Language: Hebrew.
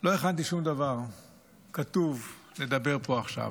לא הכנתי שום דבר כתוב, לדבר פה עכשיו,